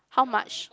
how much